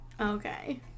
Okay